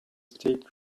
state